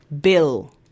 Bill